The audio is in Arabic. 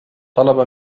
طلب